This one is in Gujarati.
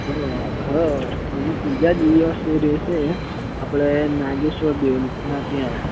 હ હ અને ત્રીજા દિવસે રહેશે આપણે નાગેશ્વર દેવના ત્યાં